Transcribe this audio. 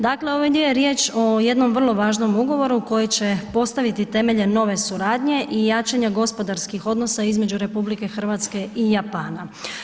Dakle, ovdje je riječ o jednom vrlo važnom ugovoru koji će postaviti temelje nove suradnje i jačanja gospodarskih odnosa između RH i Japana.